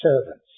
servants